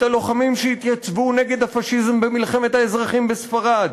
את הלוחמים שהתייצבו נגד הפאשיזם במלחמת האזרחים בספרד.